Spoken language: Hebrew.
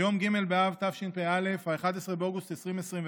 ביום ג' באב תשפ"א, 11 באוגוסט 2021,